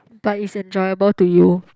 but it's enjoyable to you